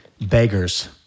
Beggars